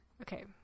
Okay